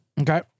okay